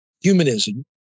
humanism